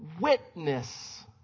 Witness